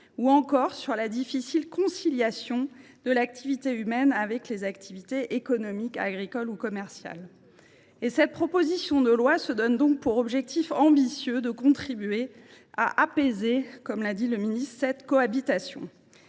ou encore sur la difficile conciliation de la vie humaine avec les activités économiques, agricoles ou commerciales. Cette proposition de loi a donc pour objectif ambitieux de contribuer à apaiser cette cohabitation,